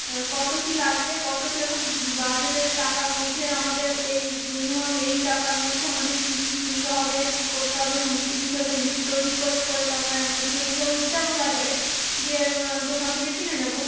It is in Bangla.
কত কী লাগবে কত কীরকম বাজেটের টাকার মধ্যে আমাদের এই মিনিমাম এই টাকার মধ্যে আমাদের কী কী কিনতে হবে কী করোতে হবে সমস্ত কিছু একটা লিস্ট তৈরি করে করে তারপরে আমরা দুজনে যাব যাবো বাজারে গিয়ে দোকান থেকে কিনে নেবো